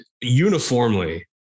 uniformly